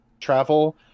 travel